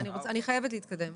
נכון.